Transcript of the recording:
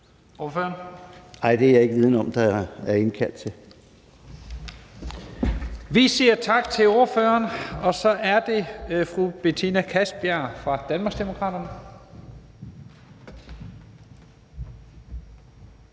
Vi siger tak til ordføreren. Så er det fru Betina Kastbjerg fra Danmarksdemokraterne.